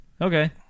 Okay